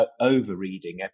over-reading